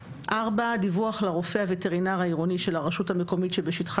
"(4)דיווח לרופא הווטרינר העירוני של הרשות המקומית שבשטחה